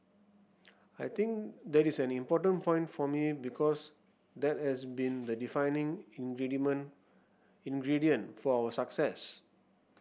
I think that is an important point for me because that has been the defining ingredient for our success